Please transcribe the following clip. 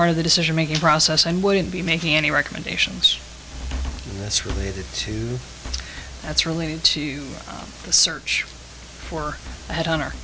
part of the decision making process and wouldn't be making any recommendations and that's related to that's related to the search for a head on or